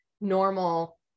normal